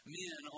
men